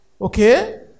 okay